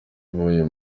b’uyu